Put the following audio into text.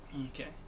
Okay